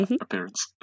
Appearance